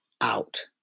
out